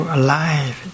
alive